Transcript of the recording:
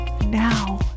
Now